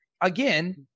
again